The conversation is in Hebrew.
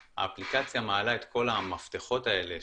האפליקציה מעלה את כל המפתחות האלה,